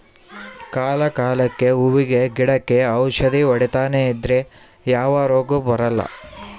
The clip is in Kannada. ಕಾಲ ಕಾಲಕ್ಕೆಹೂವಿನ ಗಿಡಕ್ಕೆ ಔಷಧಿ ಹೊಡಿತನೆ ಇದ್ರೆ ಯಾವ ರೋಗ ಬರಲ್ಲ